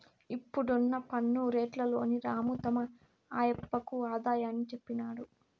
ఇప్పుడున్న పన్ను రేట్లలోని రాము తమ ఆయప్పకు ఆదాయాన్ని చెప్పినాడు